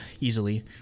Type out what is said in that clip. easily